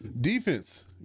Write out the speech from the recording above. Defense